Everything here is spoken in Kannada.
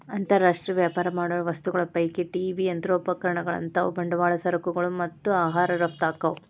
ಅಂತರ್ ರಾಷ್ಟ್ರೇಯ ವ್ಯಾಪಾರ ಮಾಡೋ ವಸ್ತುಗಳ ಪೈಕಿ ಟಿ.ವಿ ಯಂತ್ರೋಪಕರಣಗಳಂತಾವು ಬಂಡವಾಳ ಸರಕುಗಳು ಮತ್ತ ಆಹಾರ ರಫ್ತ ಆಕ್ಕಾವು